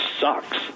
sucks